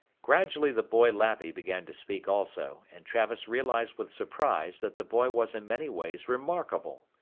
gradually the boy lappy began to speak also, and travis realized with surprise that the boy was in many ways remarkable.